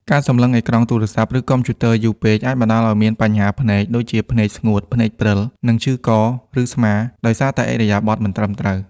ការសម្លឹងអេក្រង់ទូរស័ព្ទ ឬកុំព្យូទ័រយូរពេកអាចបណ្ដាលឱ្យមាន បញ្ហាភ្នែក (ដូចជាភ្នែកស្ងួត ភ្នែកព្រិល) និង ឈឺក ឬស្មាដោយសារតែឥរិយាបថមិនត្រឹមត្រូវ។